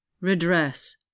redress